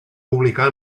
publicar